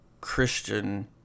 Christian